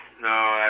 No